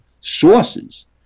sources